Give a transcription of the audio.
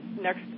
next